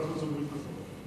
אם כך,